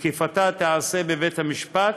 שתקיפתה תיעשה בבית-המשפט,